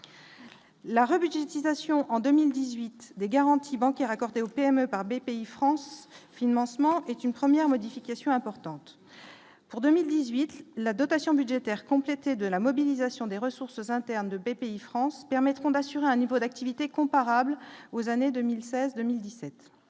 La rue budgétisation en 2018 des garanties bancaires accordées aux PME par BPIFrance finement, ce moment est une première modifications importantes pour 2018 la dotation budgétaire complété de la mobilisation des ressources internes de BPIFrance permettront d'assurer un niveau d'activités comparables aux années 2016, 2017,